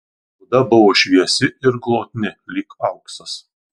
oda buvo šviesi ir glotni lyg auksas